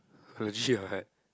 legit what